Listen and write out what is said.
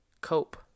cope